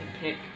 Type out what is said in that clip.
pick